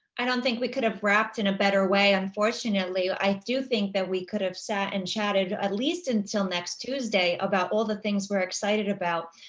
i don't think we could have wrapped in a better way. unfortunately, i do think that we could have sat and chatted at least until next tuesday about all the things we're excited about.